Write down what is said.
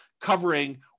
covering